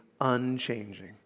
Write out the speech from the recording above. unchanging